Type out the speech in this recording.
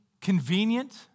convenient